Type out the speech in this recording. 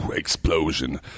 explosion